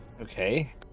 Okay